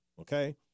Okay